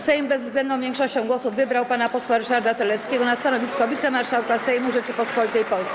Sejm bezwzględną większością głosów wybrał pana posła Ryszarda Terleckiego na stanowisko wicemarszałka Sejmu Rzeczypospolitej Polskiej.